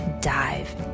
dive